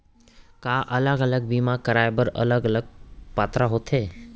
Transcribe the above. का अलग अलग बीमा कराय बर अलग अलग पात्रता होथे?